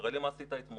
תראה לי מה עשית אתמול.